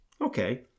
Okay